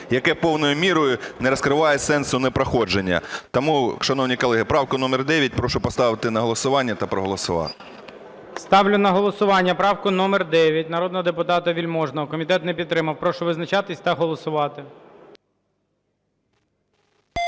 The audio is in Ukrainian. яке повною мірою не розкриває сенсу непроходження. Тому, шановні колеги, правку номер 9 прошу поставити на голосування та проголосувати. ГОЛОВУЮЧИЙ. Ставлю на голосування правку номер 9 народного депутата Вельможного. Комітет не підтримав. Прошу визначатись та голосувати.